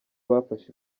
bafashe